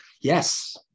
Yes